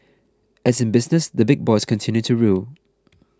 as in business the big boys continue to rule